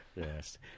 Yes